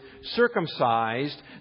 circumcised